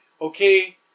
okay